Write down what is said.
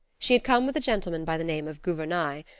she had come with a gentleman by the name of gouvernail,